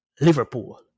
Liverpool